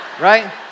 right